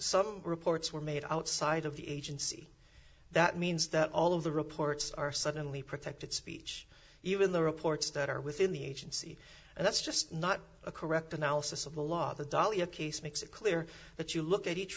some reports were made outside of the agency that means that all of the reports are suddenly protected speech even the reports that are within the agency and that's just not a correct analysis of the law the dol your case makes it clear that you look at each